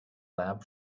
lab